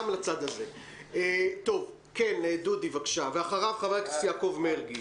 בבקשה, ואחריו חבר הכנסת יעקב מרגי.